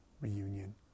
reunion